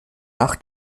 nach